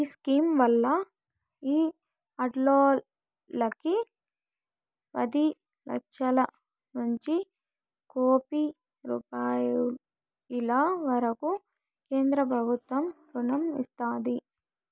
ఈ స్కీమ్ వల్ల ఈ ఆడోల్లకి పది లచ్చలనుంచి కోపి రూపాయిల వరకూ కేంద్రబుత్వం రుణం ఇస్తాది